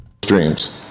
dreams